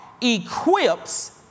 equips